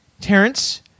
Terrence